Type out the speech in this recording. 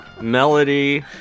Melody